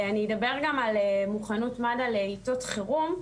אני אדבר גם על מוכנות מד"א לעתות חירום,